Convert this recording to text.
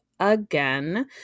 Again